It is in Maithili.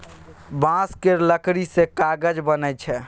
बांस केर लकड़ी सँ कागज बनइ छै